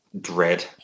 dread